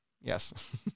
Yes